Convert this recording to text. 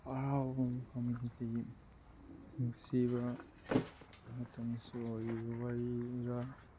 ꯑꯔꯥꯞꯄ ꯃꯐꯝꯗꯗꯤ ꯅꯨꯡꯁꯤꯕ ꯃꯇꯝꯁꯨ ꯑꯣꯏꯌꯦ ꯋꯥꯔꯤꯔ